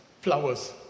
flowers